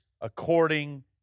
according